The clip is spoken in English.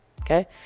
Okay